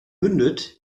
mündet